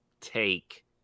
take